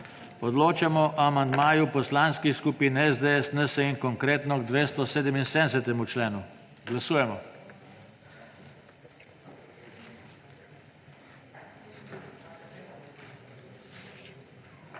Odločamo o amandmaju poslanskih skupin SDS, NSi in Konkretno k 277. členu. Glasujemo.